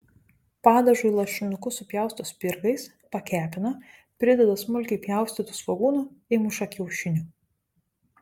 padažui lašinukus supjausto spirgais pakepina prideda smulkiai pjaustytų svogūnų įmuša kiaušinių